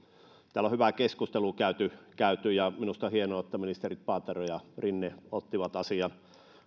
täällä on hyvää keskustelua käyty käyty ja minusta on hienoa että ministerit paatero ja rinne tarttuivat asiaan